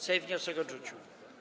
Sejm wniosek odrzucił.